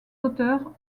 auteurs